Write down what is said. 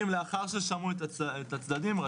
נקרא את סעיף